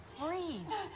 breathe